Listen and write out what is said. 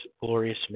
glorious